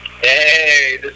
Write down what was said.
Hey